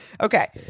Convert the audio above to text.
okay